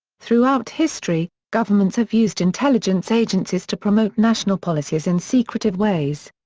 throughout history, governments have used intelligence agencies to promote national policies in secretive ways.